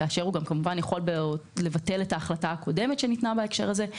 הוא יכול גם לבטל את ההחלטה הקודמת שניתנה בהקשר הזה.